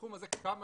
בתחום הזה, כמה